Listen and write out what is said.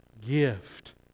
gift